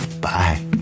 bye